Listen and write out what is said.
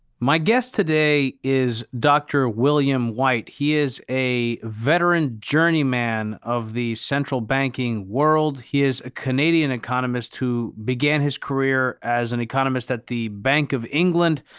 my guest today is dr. william white. he is a and journeyman of the central banking world. he is a canadian economist who began his career as an economist at the bank of england,